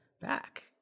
back